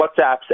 WhatsApps